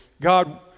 God